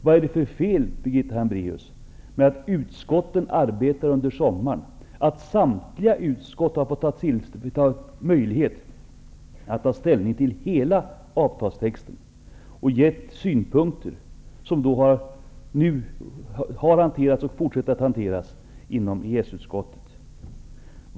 Vad är det för fel, Birgitta Hambraeus, med att utskotten arbetar under sommaren, att samtliga utskott har fått möjlighet att ta ställning till hela avtalstexten och ge synpunkter, som har hanterats och nu hanteras inom EES-utskottet?